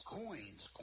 coins